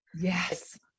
Yes